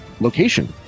Location